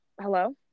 Hello